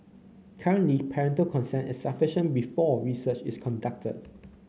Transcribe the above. currently parental consent is sufficient before research is conducted